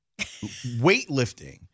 weightlifting